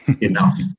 enough